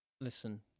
Listen